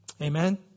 Amen